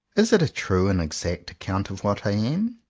is it a true and exact account of what i am?